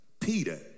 Peter